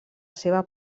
seva